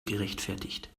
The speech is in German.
gerechtfertigt